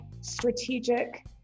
strategic